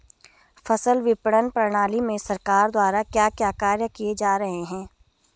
फसल विपणन प्रणाली में सरकार द्वारा क्या क्या कार्य किए जा रहे हैं?